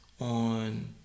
on